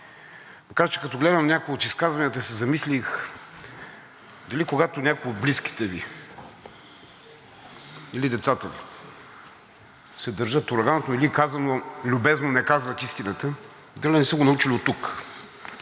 Макар че, като гледам някои от изказванията, се замислих дали когато някой от близките Ви или децата Ви се държат толерантно или казано любезно, не казват истината, дали не са го научили оттук,